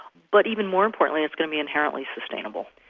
but even more importantly it's going to be inherently sustainable.